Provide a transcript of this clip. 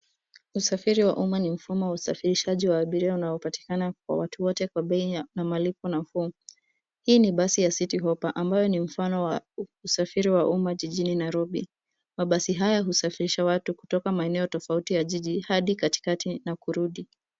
Usafiri wa umma ni mfumo wa usafirishaji wa abiria unaopatikana kwa watu wote kwa bei na malipo. Hii ni basi ya City Hoppa ambayo ni mfano wa usafiri wa umma jijini Nairobi. Mabasi haya husafirisha watu kutoka maeneo tofauti ya jiji hadi katikati na kurudi.